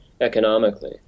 economically